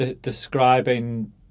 describing